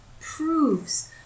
proves